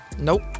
Nope